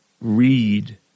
read